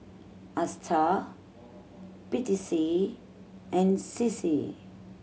Astar P T C and C C